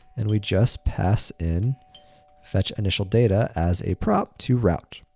and we just pass in fetchinitialdata as a prop to route.